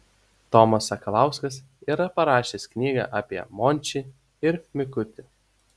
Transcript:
tomas sakalauskas yra parašęs knygą apie mončį ir mikutį